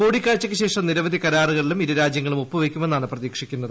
കൂടിക്കാഴ്ചയ്ക്കു ശേഷം നിരവധി കരാറുകളിലും രാജ്യങ്ങളും ഇരു ഒപ്പുവെയ്ക്കുമെന്നാണ് പ്രതീക്ഷിക്കുന്നത്